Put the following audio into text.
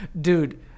dude